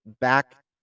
back